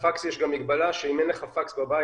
לפקס יש גם מגבלה שאם אין לך פקס בבית